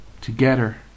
together